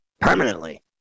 permanently